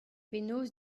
penaos